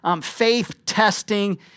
faith-testing